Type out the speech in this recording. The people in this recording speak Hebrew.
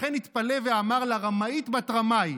לכן התפלא ואמר לה: רמאית בת רמאי.